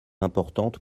importantes